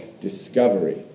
discovery